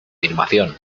información